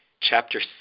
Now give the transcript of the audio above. chapter